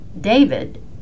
david